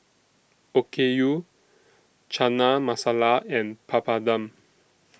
Okayu Chana Masala and Papadum